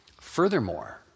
Furthermore